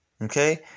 Okay